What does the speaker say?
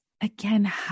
again